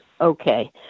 okay